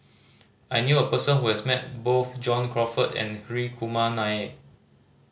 I knew a person who has met both John Crawfurd and Hri Kumar Nair